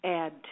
add